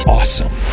Awesome